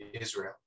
Israel